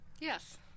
Yes